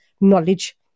knowledge